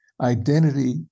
identity